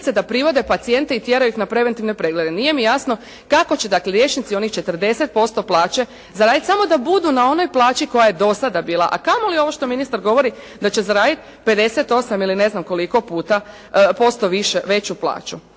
da privode pacijente i tjeraju ih na preventivne preglede. Nije mi jasno, kako će dakle liječnici onih 40% plaće zaraditi samo da budu na onoj plaći koja je do sada bila, a kamoli ono što ministar govori, da će zaraditi 58, ili ne znam koliko puta, posto veću plaću.